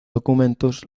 documentos